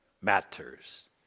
matters